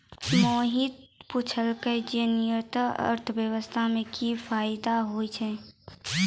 मोहित पुछलकै जे निर्यातो से अर्थव्यवस्था मे कि फायदा होय छै